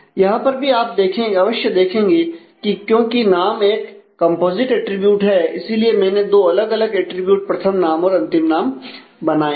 यहां पर भी आप अवश्य देखेंगे कि क्योंकि नाम एक कंपोजिट अटरीब्यूट है इसीलिए मैंने दो अलग अलग अटरीब्यूट प्रथम नाम और अंतिम नाम बनाए हैं